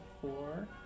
four